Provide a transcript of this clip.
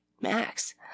Max